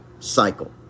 cycle